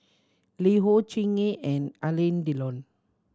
LiHo Chingay and Alain Delon